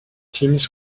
teams